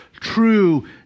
true